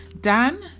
Dan